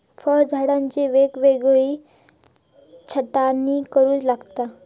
फळझाडांची वेळोवेळी छाटणी करुची लागता